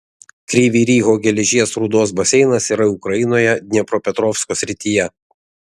kryvyj riho geležies rūdos baseinas yra ukrainoje dniepropetrovsko srityje